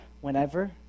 whenever